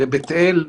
בבית אל,